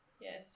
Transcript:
Yes